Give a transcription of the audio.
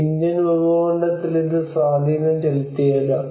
Indian ഉപഭൂഖണ്ഡത്തിൽ ഇത് സ്വാധീനം ചെലുത്തിയേക്കാം